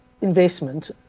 investment